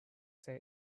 say